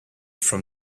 from